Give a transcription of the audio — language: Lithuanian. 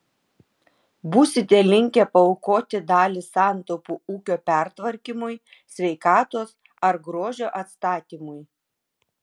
būsite linkę paaukoti dalį santaupų ūkio pertvarkymui sveikatos ar grožio atstatymui